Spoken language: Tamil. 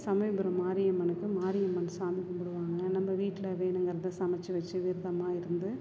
சமயபுரம் மாரியம்மனுக்கு மாரியம்மன் சாமி கும்பிடுவாங்க நம்ம வீட்டில் வேணுங்கிறத சமைச்சு வச்சு விரதமாக இருந்து